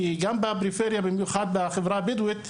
כי גם בפריפריה במיוחד בחברה הבדואית,